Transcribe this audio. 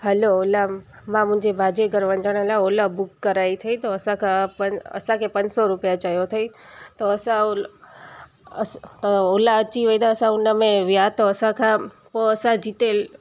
hello Ola मां मुंहिंजी भांजीअ घर वञण लाइ ओला बुक कराई अथई तो असांखां पन असांखे पंज सौ रूपिया चयो अथई त असां ओल अस त ओला अची वई त हुनमें विया त असांखां पोइ असां जिथे